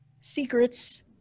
Secrets